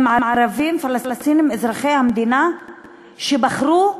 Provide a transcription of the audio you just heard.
הם ערבים פלסטינים אזרחי המדינה שבחרו,